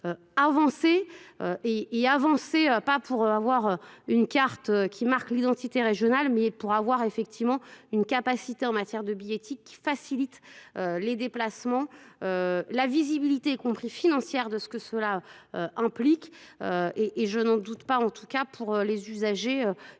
et avancer pas pour avoir une carte qui marque l'identité régionale mais pour avoir effectivement une capacité en matière de billettique qui facilite euh les déplacements, la visibilité, y compris financière, de ce que cela, Euhh implique Euh et et je n'en doute pas, en tout cas, pour les usagers une